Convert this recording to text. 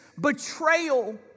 betrayal